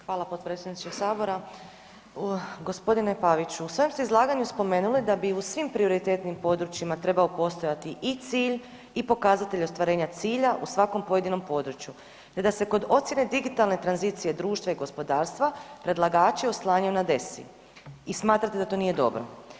Hvala potpredsjedniče Sabora. g. Paviću u svojem ste izlaganju spomenuli da bi u svim prioritetnim područjima trebao postojati i cilj i pokazatelj ostvarenja cilja u svakom pojedinom području te da se kod ocjene digitalne tranzicije društva i gospodarstva predlagači oslanjaju na DESI i smatrate da to nije dobro.